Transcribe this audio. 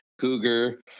cougar